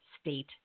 state